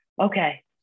okay